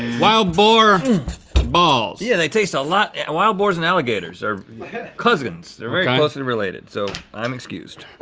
wild boar balls. yeah they taste a lot, and wild boars and alligators are cousins. very closely related, so i'm excused.